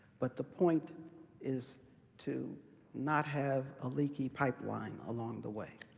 but the point is to not have a leaky pipeline along the way.